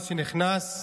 בהתאם לתקנון הכנסת,